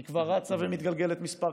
היא כבר רצה ומתגלגלת כמה כנסות.